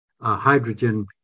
hydrogen